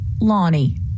Lonnie